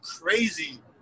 crazy